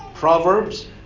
Proverbs